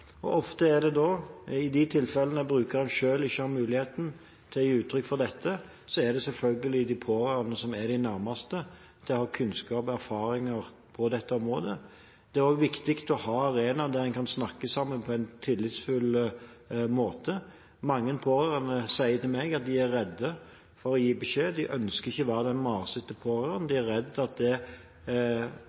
I de tilfellene der brukeren selv ikke har muligheten til å gi uttrykk for dette, er det selvfølgelig de pårørende som er de nærmeste til å ha kunnskap og erfaringer på dette området. Det er også viktig å ha en arena der en kan snakke sammen på en tillitsfull måte. Mange pårørende sier til meg at de er redd for å gi beskjed, de ønsker ikke å være den masete pårørende. De er redd for at det